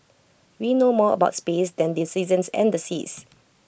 we know more about space than the seasons and the seas